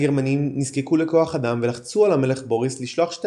הגרמנים נזקקו לכוח אדם ולחצו על המלך בוריס לשלוח שתי